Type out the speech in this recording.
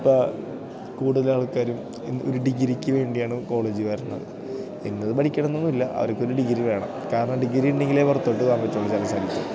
ഇപ്പോള് കൂടുതൽ ആൾക്കാരും ഒരു ഡിഗ്രിക്ക് വേണ്ടിയാണ് കോളേജില് വരുന്നത് ഇന്നതു പഠിക്കണമെന്നൊന്നും ഇല്ല അവർക്കൊരു ഡിഗ്രി വേണം കാരണം ഡിഗ്രി ഉണ്ടെങ്കിലേ പുറത്തോട്ട് പോവാൻ പറ്റുകയുള്ളൂ ചില സ്ഥലത്ത്